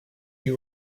you